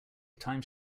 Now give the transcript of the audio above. times